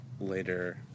later